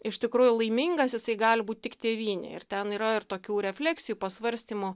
iš tikrųjų laimingas jisai gali būti tik tėvynėje ir ten yra ir tokių refleksijų pasvarstymų